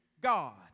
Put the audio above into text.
God